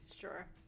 sure